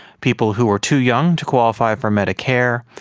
people who were too young to qualify for medicare,